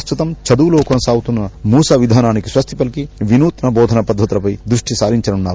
ప్రస్తుతం చదువులో కొనసాగుతున్న మూస విధానానికి స్వస్తి పలీకి వినూత్మ బోధన పద్దతులపై దృష్టి సారించనున్నారు